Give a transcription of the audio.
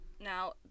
Now